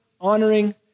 honoring